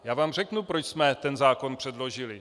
Já vám řeknu, proč jsme ten zákon předložili.